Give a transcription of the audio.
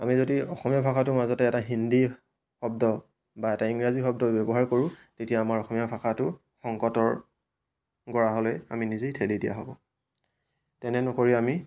আমি যদি অসমীয়া ভাষাটোৰ মাজতে এটা হিন্দী শব্দ বা এটা ইংৰাজী শব্দ ব্যৱহাৰ কৰোঁ তেতিয়া আমাৰ অসমীয়া ভাষাটো সংকটৰ গৰাহলৈ আমি নিজেই ঠেলি দিয়া হ'ব তেনে নকৰি আমি